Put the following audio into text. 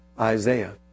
Isaiah